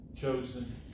chosen